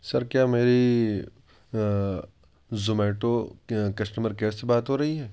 سر کیا میری Zomato customer care سے بات ہو رہی ہے